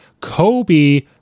Kobe